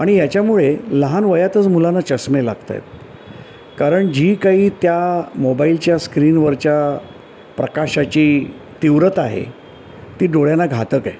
आणि याच्यामुळे लहान वयातच मुलांना चष्मे लागत आहेत कारण जी काही त्या मोबाईलच्या स्क्रीनवरच्या प्रकाशाची तीव्रता आहे ती डोळ्यांना घातक आहे